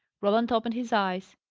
roland opened his eyes.